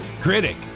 Critic